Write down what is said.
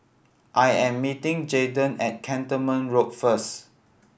I am meeting Jaden at Cantonment Road first